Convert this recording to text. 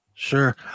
Sure